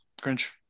Grinch